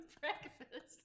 breakfast